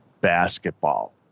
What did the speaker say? basketball